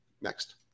Next